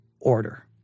order